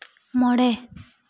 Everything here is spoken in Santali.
ᱢᱚᱬᱮ